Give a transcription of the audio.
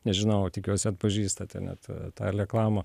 nežinau tikiuosi atpažįstate net tą leklamą